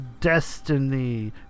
Destiny